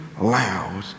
loud